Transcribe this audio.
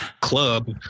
club